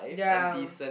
ya